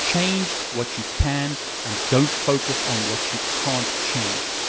change, what you can and don't focus on what you can't change.